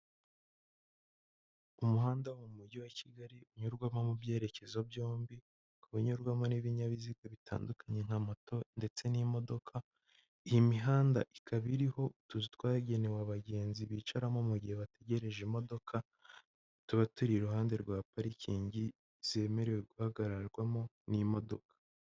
Umuhanda wo mu mujyi wa Kigali unyurwamo mu byerekezo byombi, ukaba unyurwamo n'ibinyabiziga bitandukanye nka moto ndetse n'imodoka, iyi mihanda ikaba iriho utuzu twagenewe abagenzi bicaramo mu gihe bategereje imodoka, tuba turi iruhande rwa parikingi zemerewe guhagararwamo n'imodoka.